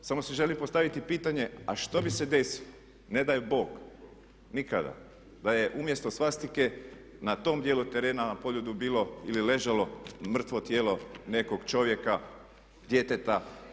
Samo si želim postaviti pitanje a što bi se desilo ne daj Bog nikada da je umjesto svastike na tom dijelu terena na Poljudu bilo ili ležalo mrtvo tijelo nekog čovjeka, djeteta?